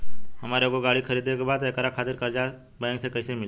हमरा एगो गाड़ी खरीदे के बा त एकरा खातिर कर्जा बैंक से कईसे मिली?